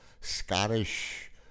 Scottish